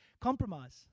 Compromise